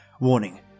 Warning